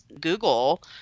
Google